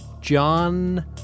John